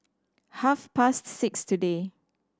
half past six today